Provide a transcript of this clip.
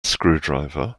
screwdriver